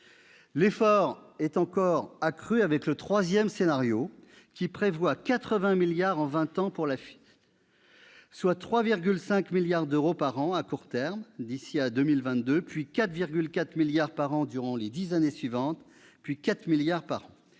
L'effort est encore accru avec le troisième scénario, qui prévoit 80 milliards en vingt ans pour l'AFITF, soit 3,5 milliards d'euros par an à court terme d'ici à 2022, puis 4,4 milliards d'euros par an durant les dix années suivantes, et ensuite 4 milliards d'euros